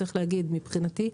מבחינתי,